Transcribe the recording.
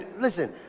Listen